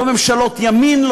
לא ממשלות ימין,